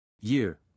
Year